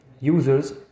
users